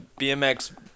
BMX